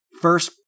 First